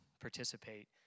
participate